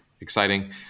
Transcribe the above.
Exciting